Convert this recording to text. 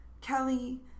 Kelly